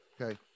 okay